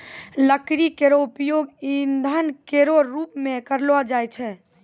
लकड़ी केरो उपयोग ईंधन केरो रूप मे करलो जाय छै